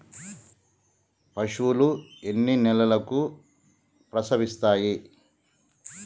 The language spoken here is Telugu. పశువులు ఎన్ని నెలలకు ప్రసవిస్తాయి?